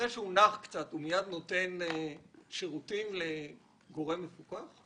אחרי שהוא נח קצת הוא מיד נותן שירותים לגורם מפוקח.